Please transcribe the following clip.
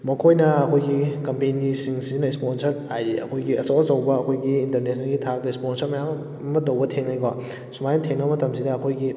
ꯃꯈꯣꯏꯅ ꯑꯩꯈꯣꯏꯒꯤ ꯀꯝꯄꯦꯅꯤꯁꯤꯡꯁꯤꯅ ꯏꯁꯄꯣꯟꯁꯔ ꯍꯥꯏꯗꯤ ꯑꯩꯈꯣꯏꯒꯤ ꯑꯆꯧ ꯑꯆꯧꯕ ꯑꯩꯈꯣꯏꯒꯤ ꯏꯟꯇꯔꯅꯦꯁꯅꯦꯜꯒꯤ ꯊꯥꯛꯇ ꯏꯁꯄꯣꯟꯁꯔ ꯃꯌꯥꯝ ꯑꯃ ꯇꯧꯕ ꯊꯦꯡꯅꯩꯕ ꯁꯨꯃꯥꯏꯅ ꯊꯦꯡꯅꯕ ꯃꯇꯝꯁꯤꯗ ꯑꯩꯈꯣꯏꯒꯤ